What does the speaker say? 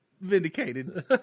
vindicated